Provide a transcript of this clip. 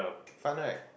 fun right